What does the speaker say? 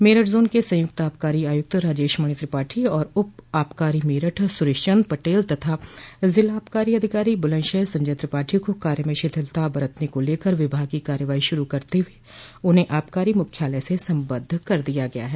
Meerut zone के संयुक्त आबकारी आयुक्त राजेशमणि त्रिपाठी और उप आबकारी मेरठ सुरेश चन्द पटेल तथा जिला आबकारी अधिकारी बुलंदशहर संजय स्रिपाठी को कार्य में शिथिलता बरतने के लेकर विभागीय कार्रवाई शुरू करते हुए उन्हें आबकारी मुख्यालय से सम्बद्ध कर दिया गया है